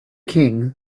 king